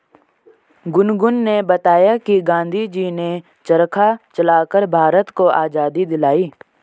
गुनगुन ने बताया कि गांधी जी ने चरखा चलाकर भारत को आजादी दिलाई